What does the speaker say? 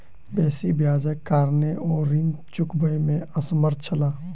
बेसी ब्याजक कारणेँ ओ ऋण चुकबअ में असमर्थ छला